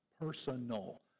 personal